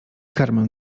karmę